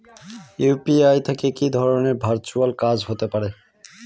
UPI থেকে কি ধরণের ভার্চুয়াল কাজ হতে পারে?